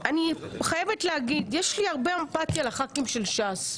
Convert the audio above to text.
אני חייבת להגיד שיש לי הרבה אמפתיה לחברי הכנסת של ש"ס.